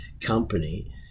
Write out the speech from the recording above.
company